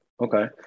Okay